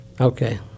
Okay